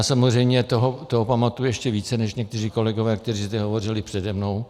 Samozřejmě toho pamatuji ještě více než někteří kolegové, kteří zde hovořili přede mnou.